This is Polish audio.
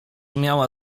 miała